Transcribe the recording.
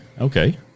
okay